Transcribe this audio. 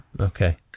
Okay